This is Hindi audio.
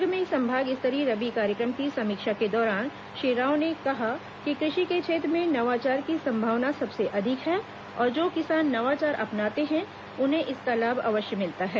दुर्ग में संभाग स्तरीय रबी कार्यक्रम की समीक्षा के दौरान श्री राव ने कहा कि कृषि के क्षेत्र में नवाचार की संभावना सबसे अधिक है और जो किसान नवाचार अपनाते हैं उन्हें इसका लाभ अवश्य मिलता है